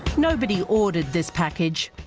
nobody ordered this package,